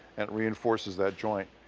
and reinforces that joint.